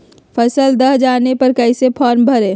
फसल दह जाने पर कैसे फॉर्म भरे?